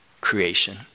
creation